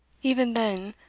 even then,